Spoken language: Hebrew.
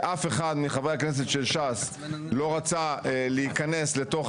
שאף אחד מחברי הכנסת של ש"ס לא רצה להיכנס לתוך